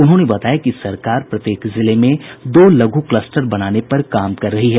उन्होंने बताया कि सरकार प्रत्येक जिले में दो लघु क्लस्टर बनाने पर काम कर रही है